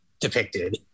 depicted